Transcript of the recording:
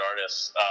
artists